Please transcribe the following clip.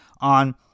on